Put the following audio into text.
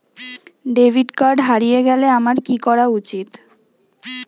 Debit card হারিয়ে গেলে আমার কি করা উচিৎ?